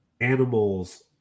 animals